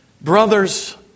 Brothers